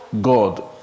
God